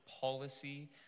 policy